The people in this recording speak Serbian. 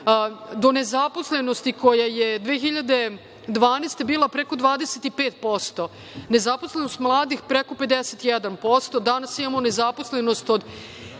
nezaposlenost, koja je 2012. godine bila preko 25%, nezaposlenost mladih preko 51%. Danas imamo nezaposlenost od